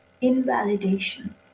invalidation